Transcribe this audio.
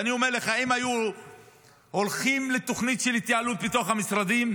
ואני אומר לך שאם היו הולכים לתוכנית של התייעלות בתוך המשרדים,